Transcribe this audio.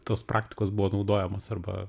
tos praktikos buvo naudojamos arba